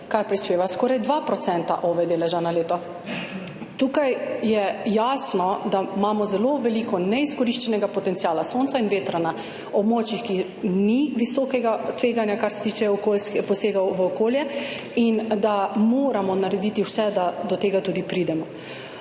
kar prispeva skoraj 2 % OVE deleža na leto. Tukaj je jasno, da imamo zelo veliko neizkoriščenega potenciala sonca in vetra na območjih, kjer ni visokega tveganja, kar se tiče posegov v okolje, in da moramo narediti vse, da do tega tudi pridemo.